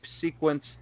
sequence